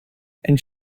and